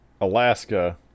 Alaska